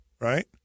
Right